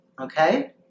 okay